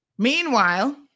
Meanwhile